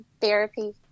therapy